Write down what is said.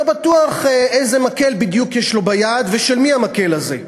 בטוח איזה מקל בדיוק יש לו ביד ושל מי המקל הזה.